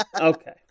Okay